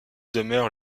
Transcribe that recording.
demeurent